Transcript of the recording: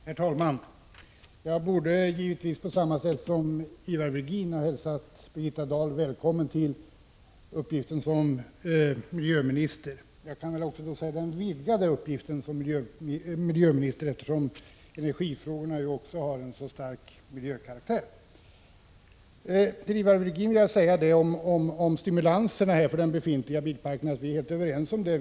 Herr talman! Jag borde givetvis på samma sätt som Ivar Virgin ha hälsat Birgitta Dahl välkommen till uppgiften som miljöminister — jag kan säga den vidgade uppgiften som miljöminister, eftersom energifrågorna har så stark miljökaraktär. Till Ivar Virgin vill jag beträffande stimulanser för den befintliga bilparken säga att vi är helt överens om detta.